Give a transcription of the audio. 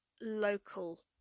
local